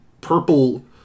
purple